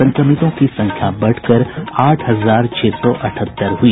संक्रमितों की संख्या बढ़कर आठ हजार छह सौ अठहत्तर हुई